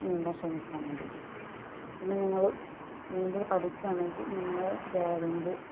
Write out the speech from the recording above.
നീന്താൻ ശ്രമിച്ചാൽ മതി പിന്നെ നിങ്ങൾ നീന്തൽ പഠിക്കുക ആണെങ്കിൽ നിങ്ങൾ പേരൻറ്റ്